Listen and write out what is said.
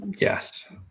yes